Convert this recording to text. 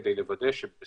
אני יכול להתייחס בזהירות.